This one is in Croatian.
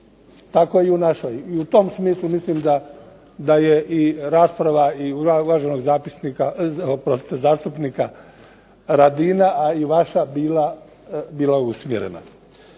tako i u našoj. U tom smislu da je i rasprava i uvaženog zastupnika Radina, a i vaša bila usmjerena.